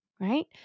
Right